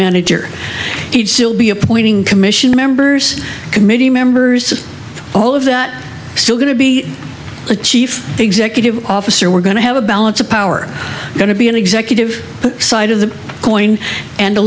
manager he'd still be appointing commission members committee members all of that still going to be a chief executive officer we're going to have a balance of power going to be an executive side of the coin and